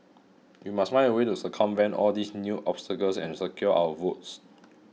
we must find a way to circumvent all these new obstacles and secure our votes